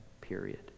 period